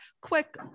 quick